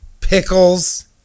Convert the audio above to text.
pickles